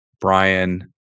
Brian